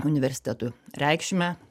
universiteto reikšmę